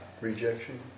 Rejection